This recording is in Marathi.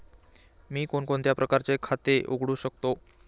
मी कोणकोणत्या प्रकारचे खाते उघडू शकतो?